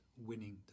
winning